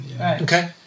Okay